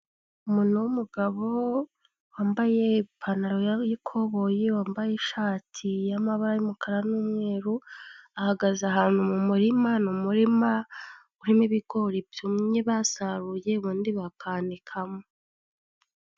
Umuntu w'umugabo, wambaye ipantaro y'ikoboyi, wambaye ishati y'amabara y'umukara n'umweru, ahagaze ahantu mu murima; ni umurima urimo ibigori byumye basaruye, ubundi bakanikamo.